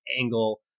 angle